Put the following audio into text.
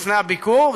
לפני הביקור.